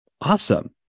Awesome